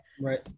Right